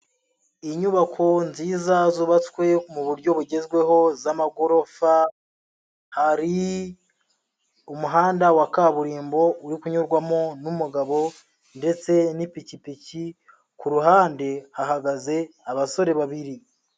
Inyubako nziza zubatswe mu buryo bugezweho z'amagorofa, hari umuhanda wa kaburimbo uri kunyurwamo n'umugabo ndetse n'ipikipiki, ku ruhande hahagaze abasore babiri.